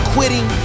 Quitting